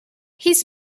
his